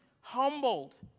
humbled